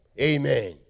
Amen